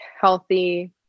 healthy